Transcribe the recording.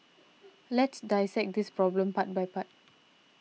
let's dissect this problem part by part